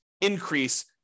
increase